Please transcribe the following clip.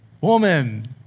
Woman